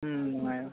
ꯎꯝ ꯅꯨꯡꯉꯥꯏꯔꯣꯏ